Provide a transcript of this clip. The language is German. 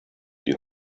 die